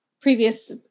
previous